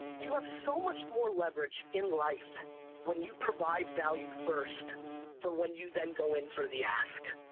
you have so much more leverage in life when you provide value first for when you then go in for the ask.